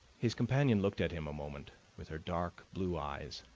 his companion looked at him a moment with her dark blue eyes,